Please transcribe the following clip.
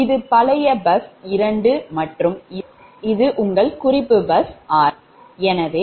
இது பழைய பஸ் 2 மற்றும் இது உங்கள் குறிப்பு பஸ் r